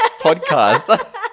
podcast